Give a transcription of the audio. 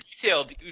detailed